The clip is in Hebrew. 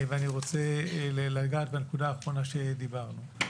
ואני רוצה לגעת בנקודה האחרונה שדיברנו עליה.